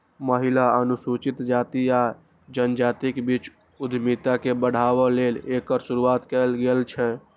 महिला, अनुसूचित जाति आ जनजातिक बीच उद्यमिता के बढ़ाबै लेल एकर शुरुआत कैल गेल छै